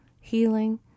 healing